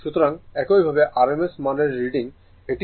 সুতরাং একইভাবে RMS মান এর রিডিং এটি অ্যামমিটার A 1